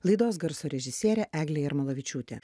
laidos garso režisierė eglė jarmalavičiūtė